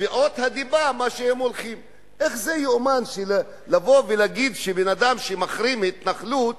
האם זה ייאמן שאדם שמחרים התנחלות